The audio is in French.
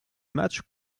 match